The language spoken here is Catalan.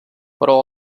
però